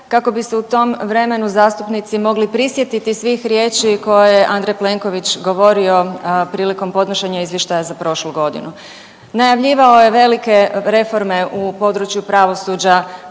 kako bi se u tom vremenu zastupnici mogli prisjetiti svih riječi koje je Andrej Plenković govorio priliko podnošenja izvještaja za prošlu godinu. Najavljivao je velike reforme u području pravosuđa,